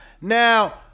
Now